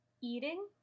Eating